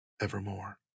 evermore